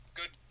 good